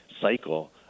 cycle